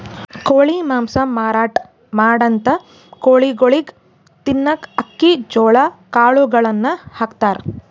ಕೋಳಿ ಮಾಂಸ ಮಾರಾಟ್ ಮಾಡಂಥ ಕೋಳಿಗೊಳಿಗ್ ತಿನ್ನಕ್ಕ್ ಅಕ್ಕಿ ಜೋಳಾ ಕಾಳುಗಳನ್ನ ಹಾಕ್ತಾರ್